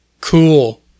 cool